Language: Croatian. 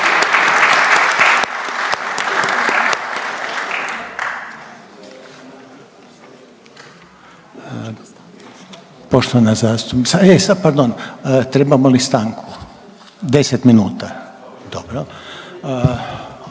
Poštovana zastupnica, e sad pardon trebamo li stanku? 10 minuta dobro.